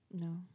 No